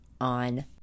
on